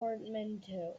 portmanteau